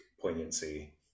poignancy